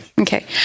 okay